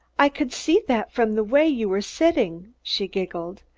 i could see that from the way you were sitting, she giggled.